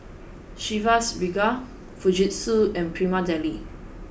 Chivas Regal Fujitsu and Prima Deli